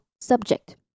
subject